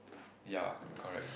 ya correct